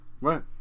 Right